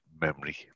memory